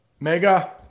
Mega